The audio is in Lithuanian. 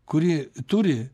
kuri turi